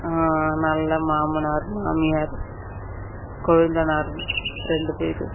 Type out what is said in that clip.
நல்ல மாமனார் மாமியார் கொழுந்தனார் ரெண்டு பேர்